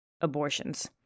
abortions